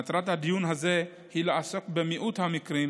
מטרת הדיון הזה היא לעסוק במיעוט המקרים,